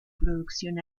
producción